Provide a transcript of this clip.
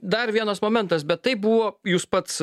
dar vienas momentas bet tai buvo jūs pats